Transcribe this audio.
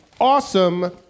awesome